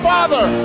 Father